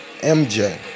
MJ